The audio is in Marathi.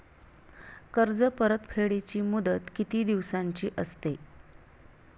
कर्ज परतफेडीची मुदत किती दिवसांची असते?